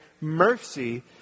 mercy